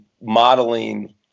modeling